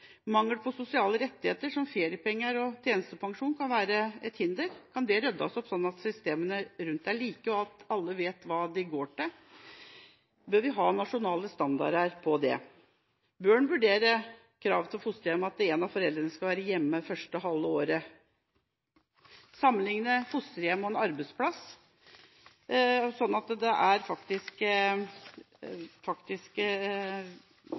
Mangel på sosiale rettigheter som feriepenger og tjenestepensjon kan være et hinder. Kan det ryddes opp, slik at systemene rundt er like, og alle vet hva de går til? Bør vi ha nasjonale standarder på det? Bør en vurdere i krav til fosterhjem at en av foreldrene skal være hjemme det første halve året? Bør en sammenligne fosterhjem og en arbeidsplass, slik at det faktisk er